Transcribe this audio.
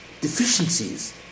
deficiencies